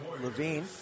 Levine